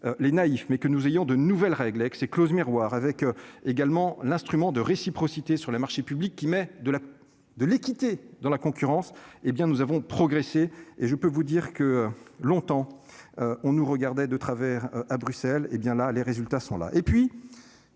les naïfs mais que nous ayons de nouvelles règles et que ces clauses miroirs avec également l'instrument de réciprocité sur les marchés publics qui met de la, de l'équité dans la concurrence, hé bien nous avons progressé et je peux vous dire que longtemps on nous regardait de travers à Bruxelles, hé bien là, les résultats sont là